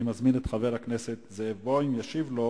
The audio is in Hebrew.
אני מזמין את חבר הכנסת זאב בוים, וישיב לו